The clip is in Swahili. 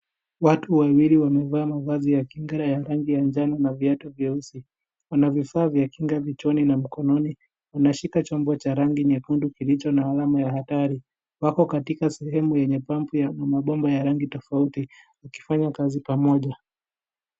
Watu wawili wamevaa mavazi ya kinga ya rangi ya njano na viatu vyeusi. Wana vifaa vya kinga vichwani na mkononi. Wanashika chombo cha rangi nyekundu kilicho na alama ya hatari. Wako katika sehemu yenye pampu na mabomba ya rangi tofauti, wakifanya kazi pamoja.